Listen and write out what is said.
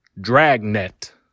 Dragnet